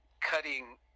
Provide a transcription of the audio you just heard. cutting